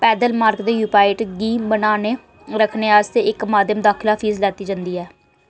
पैदल मार्ग ते व्यूपाइंट्स गी बनाने रक्खने आस्तै इक माध्यम दाखला फीस लैती जंदी ऐ